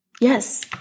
Yes